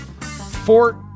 Fort